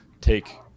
take